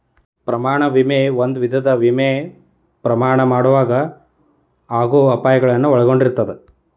ಪ್ರಯಾಣ ವಿಮೆ ಒಂದ ವಿಧದ ವಿಮೆ ಪ್ರಯಾಣ ಮಾಡೊವಾಗ ಆಗೋ ಅಪಾಯಗಳನ್ನ ಒಳಗೊಂಡಿರ್ತದ